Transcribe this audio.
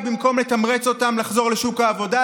במקום לתמרץ אותם לחזור לשוק העבודה,